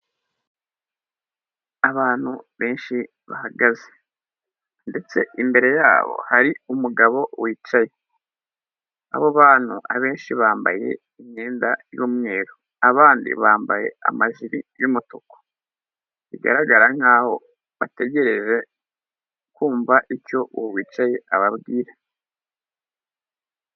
Abantu benshi bahagaze ndetse imbere yabo hari umugabo wicaye, abo bantu abenshi bambaye imyenda y'umweru, abandi bambaye amajiri y'umutuku, bigaragara nkaho bategereje kumva icyo uwo wicaye ababwira.